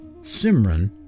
Simran